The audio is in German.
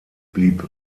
blieb